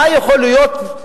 מה יכול להיות,